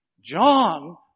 John